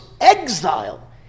exile